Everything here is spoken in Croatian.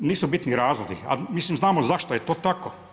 Nisu bitni razlozi, ali mislim znamo zašto je to tako.